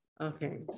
Okay